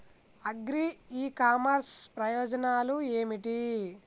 Agri e commerce ప్రయోజనాలు ఏమిటి?